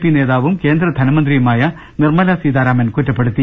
P നേതാവും കേന്ദ്ര ധനമന്ത്രിയു മായ നിർമല സീതാരാമൻ കുറ്റപ്പെടുത്തി